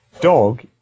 Dog